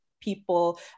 people